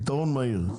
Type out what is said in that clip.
פתרון מהיר,